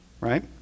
right